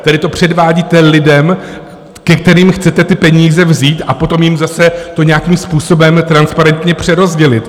Tady to předvádíte lidem, kterým chcete ty peníze vzít, a potom jim to zase nějakým způsobem transparentně přerozdělit.